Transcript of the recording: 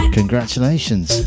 congratulations